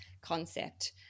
concept